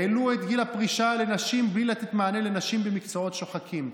העלו את גיל הפרישה לנשים בלי לתת מענה לנשים במקצועות שוחקים,